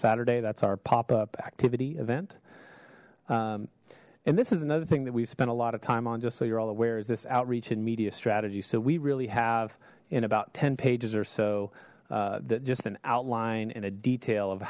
saturday that's our pop up activity event and this is another thing that we've spent a lot of time on just so you're all aware is this outreach and media strategy so we really have in about ten pages or so that just an outline and a detail of